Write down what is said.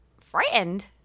frightened